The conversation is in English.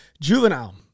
juvenile